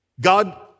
God